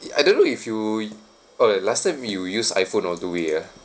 I don't know if you orh last time you use I_phone all the way ah